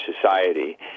society